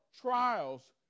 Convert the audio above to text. trials